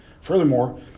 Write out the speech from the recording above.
Furthermore